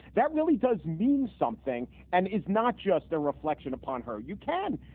that really does mean something and is not just a reflection upon her. you can.